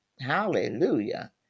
Hallelujah